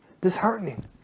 disheartening